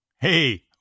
hey